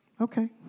Okay